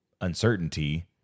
uncertainty